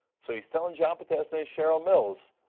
so he's telling john podesta and cheryl mills,